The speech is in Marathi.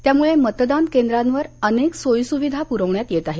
त्यामुळे मतदान केंद्रावर अनेक सोयी सुविधा पुरवण्यात येत आहेत